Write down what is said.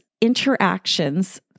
interactions